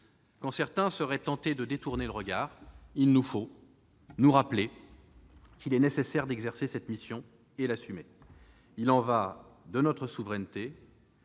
Quand certains seraient tentés de détourner le regard, il nous faut nous rappeler qu'il est nécessaire d'exercer cette mission et l'assumer. Il y va de notre souveraineté